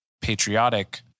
patriotic